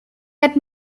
had